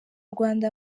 rwanda